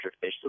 fish